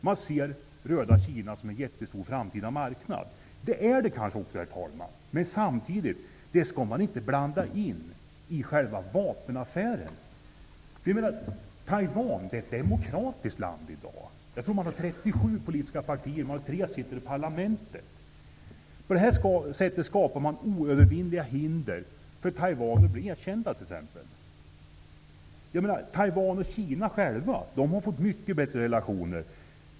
Man ser röda Kina som en jättestor framtida marknad. Det är det kanske också, herr talman. Men det skall man inte blanda in i själva vapenaffären. Taiwan är ett demokratiskt land i dag. Jag tror att man har 37 politiska partier, varav 3 sitter i parlamentet. På det här sättet skapar man oövervinneliga hinder för Taiwan att bli erkänt. Taiwan och Kina har fått mycket bättre relationer.